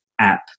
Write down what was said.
app